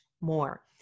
more